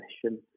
question